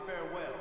farewell